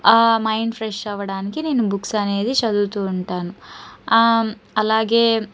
mind fresh అవ్వడానికి నేను books అనేది చదువుతూ ఉంటాను అలాగే